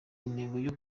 intego